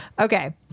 Okay